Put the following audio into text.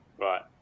Right